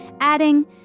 adding